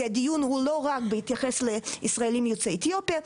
כי הדיון הוא לא רק בהתייחס לישראלים יוצאי אתיופיה,